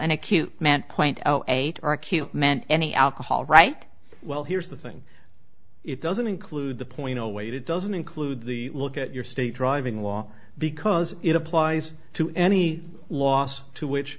and acute man point eight or acute meant any alcohol right well here's the thing it doesn't include the point oh wait it doesn't include the look at your state driving law because it applies to any loss to which